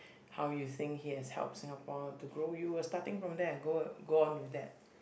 how you think he has help Singapore to grow you were starting from there go go on with that